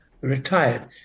retired